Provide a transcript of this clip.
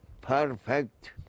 perfect